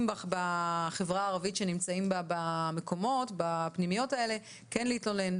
בחברה הערבית שנמצאים בפנימיות האלה - כן להתלונן,